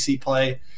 play